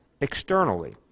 externally